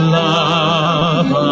love